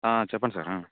చెప్పండి సార్